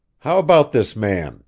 how about this man